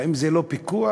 האם זה לא צריך פיקוח?